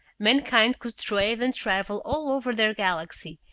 mankind could trade and travel all over their galaxy,